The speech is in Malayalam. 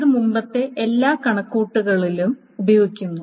ഇത് മുമ്പത്തെ എല്ലാ കണക്കുകൂട്ടലുകളും ഉപയോഗിക്കുന്നു